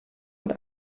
und